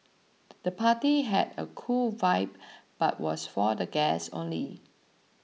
the party had a cool vibe but was for the guests only